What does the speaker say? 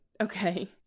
okay